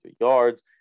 yards